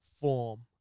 form